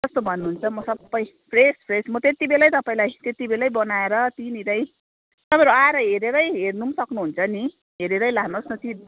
कस्तो भन्नुहुन्छ म सबै फ्रेस फ्रेस म त्यति बेलै तपाईँलाई त्यति बेलै बनाएर त्यहीँनिरै तपाईँहरू आएरै हेरेरै हेर्नु पनि सक्नुहुन्छ नि हेरेरै लानुहोस् न